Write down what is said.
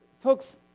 Folks